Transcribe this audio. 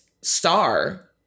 star